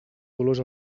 dolors